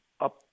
up